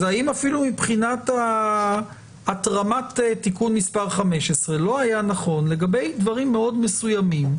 האם עד רמת תיקון מס' 15 לא היה נכון לגבי דברים מאוד מסוימים,